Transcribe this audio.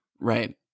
right